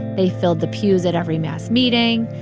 they filled the pews at every mass meeting,